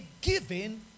giving